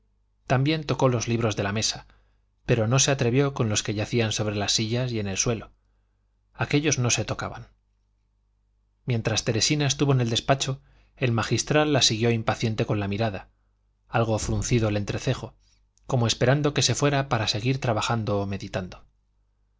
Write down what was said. también tocó los libros de la mesa pero no se atrevió con los que yacían sobre las sillas y en el suelo aquéllos no se tocaban mientras teresina estuvo en el despacho el magistral la siguió impaciente con la mirada algo fruncido el entrecejo como esperando que se fuera para seguir trabajando o meditando